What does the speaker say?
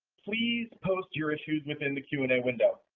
please post your issues within the q and a window.